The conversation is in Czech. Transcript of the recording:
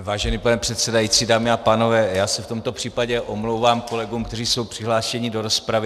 Vážený pane předsedající, dámy a pánové, v tomto případě se omlouvám kolegům, kteří jsou přihlášeni do rozpravy.